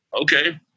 okay